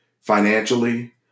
financially